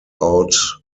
out